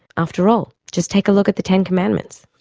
after all, just take a look at the ten commandments.